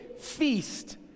feast